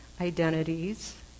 identities